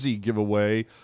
giveaway